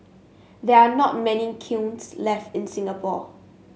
they are not many kilns left in Singapore